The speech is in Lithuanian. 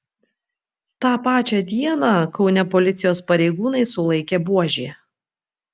tą pačią dieną kaune policijos pareigūnai sulaikė buožį